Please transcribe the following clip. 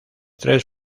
tres